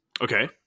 Okay